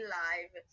live